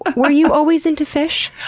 were you always into fish?